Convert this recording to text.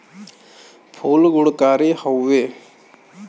फूल गुणकारी हउवे